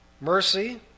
Mercy